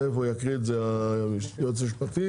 תכף הוא יקריא את זה, היועץ המשפטי.